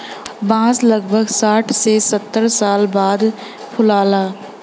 बांस लगभग साठ से सत्तर साल बाद फुलला